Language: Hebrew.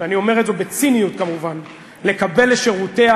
אני אומר את זה בציניות, כמובן, לקבל לשורותיה